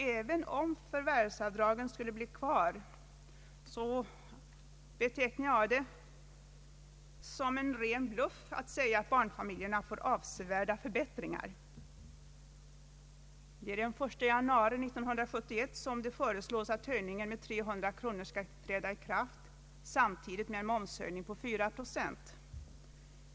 även om förvärvsavdragen skulle bli kvar, betecknar jag det som en ren bluff att säga att barnfamiljerna får avsevärda förbättringar. Det föreslås att höjningen med 300 kronor skall träda i kraft den 1 januari 1971, samtidigt med en momshöjning på 4 procent.